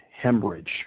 hemorrhage